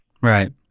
Right